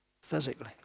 Physically